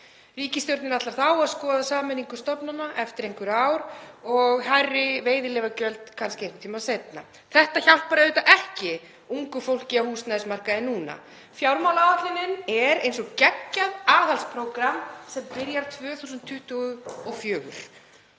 Ríkisstjórnin ætlar þá að skoða sameiningu stofnana eftir einhver ár og kannski hærri veiðileyfagjöld einhvern tímann seinna. Þetta hjálpar auðvitað ekki ungu fólki á húsnæðismarkaði núna. Fjármálaáætlunin er eins og geggjað aðhaldsprógramm sem byrjar 2024